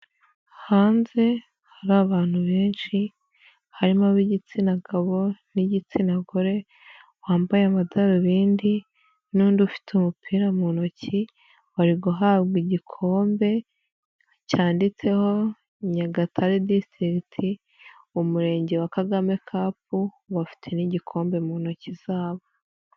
Hanze hari abantu benshi, harimo ab'igitsina gabo n'igitsina gore, wambaye amadarubindi, n'undi ufite umupira mu ntoki, bari guhabwa igikombe cyanditseho Nyagatare district, Umurenge wa Kagame Cup, bafite n'igikombe mu ntoki zabo.